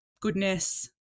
goodness